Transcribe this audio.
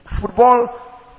football